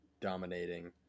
dominating